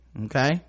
okay